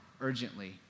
urgently